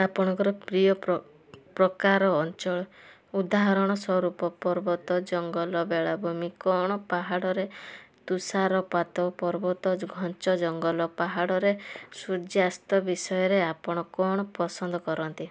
ଆପଣଙ୍କର ପ୍ରିୟ ପ୍ର ପ୍ରକାର ଅଞ୍ଚଳ ଉଦାହରଣ ସ୍ୱରୂପ ପର୍ବତ ଜଙ୍ଗଲ ବେଳାଭୂମି କ'ଣ ପାହଡ଼ରେ ତୁଷାରପାତ ପର୍ବତ ଘଞ୍ଚ ଜଙ୍ଗଲ ପାହଡ଼ରେ ସୂର୍ଯ୍ୟାସ୍ତ ବିଷୟରେ ଆପଣ କ'ଣ ପସନ୍ଦ କରନ୍ତି